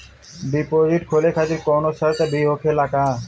Deposit खोले खातिर कौनो शर्त भी होखेला का?